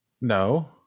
No